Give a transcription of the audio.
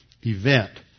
event